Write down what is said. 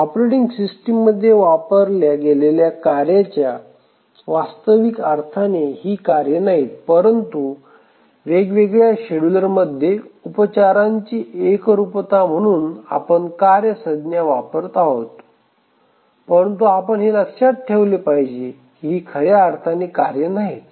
operating system मध्ये वापरल्या गेलेल्या कार्याच्या वास्तविक अर्थाने ही कार्ये नाहीत परंतु वेगवेगळ्या शेड्युलरमध्ये उपचारांची एकरूपता म्हणून आपण कार्य संज्ञा वापरत आहोत परंतु आपण हे लक्षात ठेवले पाहिजे की ही खर्या अर्थाने कार्ये नाहीत